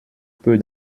peu